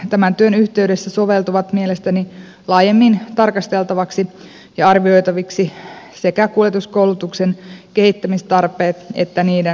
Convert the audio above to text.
tämän työn yhteydessä soveltuvat mielestäni laajemmin tarkasteltaviksi ja arvioitaviksi sekä kuljetuskoulutuksen kehittämistarpeet että niiden vaikutukset